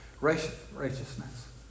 righteousness